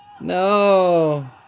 No